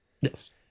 Yes